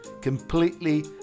completely